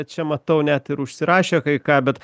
čia matau net ir užsirašė kai ką bet